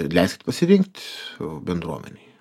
ir leiskit pasirinkt o bendruomenei